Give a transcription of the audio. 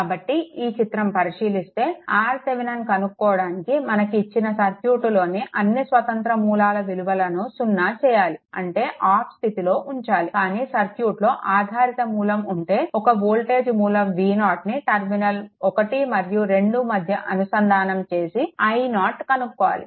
కాబట్టి ఈ చిత్రం పరిశీలిస్తే RThevenin కనుక్కోవడానికి మనకు ఇచ్చిన సర్క్యూట్లోని అన్నీ స్వతంత్ర మూలాల విలువను సున్నా చేయాలి అంటే ఆఫ్ స్థితిలో ఉంచాలి కానీ సర్క్యూట్లో ఆధారిత మూలం ఉంటే ఒక వోల్టేజ్ మూలం V0 ను టర్మినల్ 1 మరియు 2 మధ్య అనుసంధానం చేసి i0 కనుక్కోవాలి